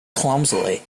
clumsily